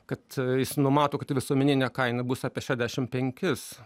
kad jis numato kad visuomeninė kaina bus apie šešiasdešim penkis